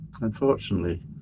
unfortunately